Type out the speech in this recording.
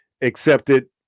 accepted